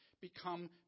become